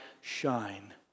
shine